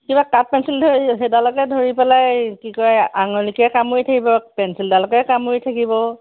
কিবা কাঠ পেঞ্চিল ধৰি সেইডালকে ধৰি পেলাই কি কয় আঙুলিকে কামুৰি থাকিব পেঞ্চিলডালকে কামুৰি থাকিব